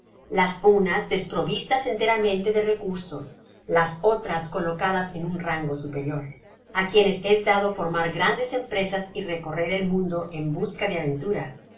las unas desprovistas enteramente de re cursos las otras colocadas en un rango superior á quie nes es dado formar grandes empresas y recorrer el mundo en busca de aventuras